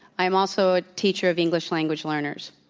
i am also a teacher of english language learners.